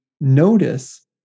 notice